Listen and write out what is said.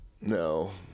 No